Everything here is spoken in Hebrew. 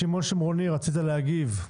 שמעון שומרוני, רצית להגיב,